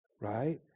right